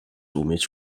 umieć